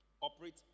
Operate